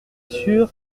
sûr